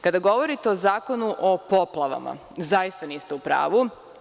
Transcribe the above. Kada govorite o zakonu o poplavama, zaista niste u pravu.